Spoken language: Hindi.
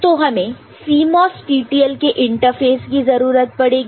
तो हमें CMOS TTL के इंटरफ़ेस की जरूरत पड़ेगी